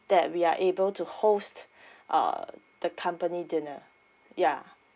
that we are able to host uh the company dinner ya